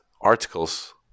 articles